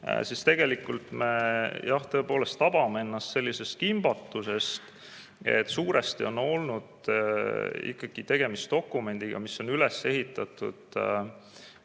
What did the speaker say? siin saalis, siis tõepoolest me tabame ennast sellisest kimbatusest, et suuresti on olnud ikkagi tegemist dokumendiga, mis on üles ehitatud